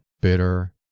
bitter